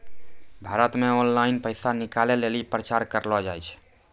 भारत मे ऑनलाइन पैसा निकालै लेली प्रचार करलो जाय छै